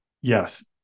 yes